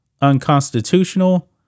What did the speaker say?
unconstitutional